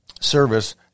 service